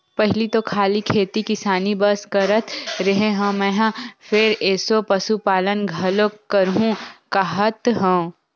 पहिली तो खाली खेती किसानी बस करत रेहे हँव मेंहा फेर एसो पसुपालन घलोक करहूं काहत हंव